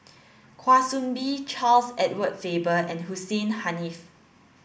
Kwa Soon Bee Charles Edward Faber and Hussein Haniff